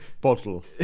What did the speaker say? bottle